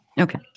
Okay